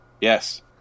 Yes